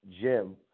Jim